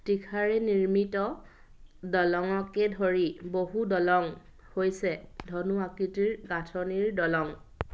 তীখাৰে নিৰ্মিত দলঙকে ধৰি বহু দলং হৈছে ধনু আকৃতিৰ গাঁথনিৰ দলং